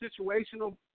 situational